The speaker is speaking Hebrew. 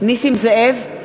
נסים זאב,